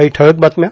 काही ठळक बातम्या